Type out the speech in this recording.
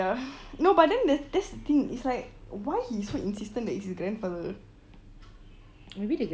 ya but then that's the thing like why he so insistent that it's his grandfather